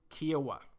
Kiowa